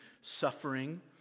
suffering